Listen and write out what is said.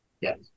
Yes